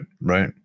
right